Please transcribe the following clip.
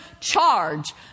charge